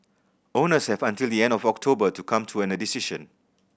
owners have until the end of October to come to a decision